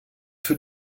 für